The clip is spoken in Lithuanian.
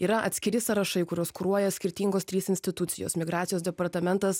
yra atskiri sąrašai kuriuos kuruoja skirtingos trys institucijos migracijos departamentas